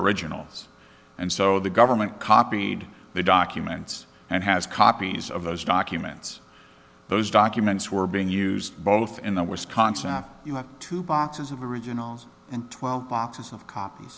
originals and so the government copied the documents and has copies of those documents those documents were being used both in the wisconsin are two boxes of the originals and twelve boxes of cop